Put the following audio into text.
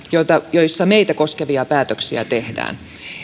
joissa meitä koskevia päätöksiä tehdään